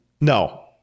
no